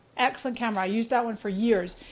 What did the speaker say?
excellent camera, i used that one for years.